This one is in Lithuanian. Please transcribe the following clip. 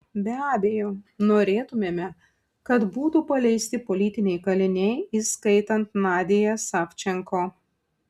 be abejo norėtumėme kad būtų paleisti politiniai kaliniai įskaitant nadią savčenko